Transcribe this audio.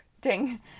ding